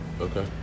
Okay